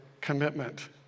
commitment